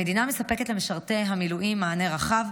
המדינה מספקת למשרתי המילואים מענה רחב,